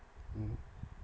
mm